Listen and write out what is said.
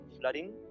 flooding